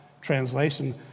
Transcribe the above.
translation